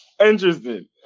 Interesting